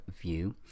view